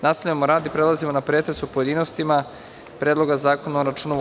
Nastavljamo rad i prelazimo na pretres u pojedinostima Predloga zakona o računovodstvu.